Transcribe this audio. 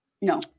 No